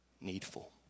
needful